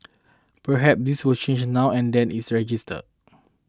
perhaps this will change now and that it's registered